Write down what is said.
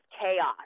chaos